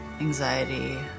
anxiety